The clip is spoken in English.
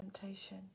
temptation